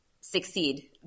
Succeed